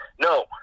No